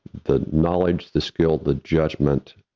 the knowledge, the skill, the judgment,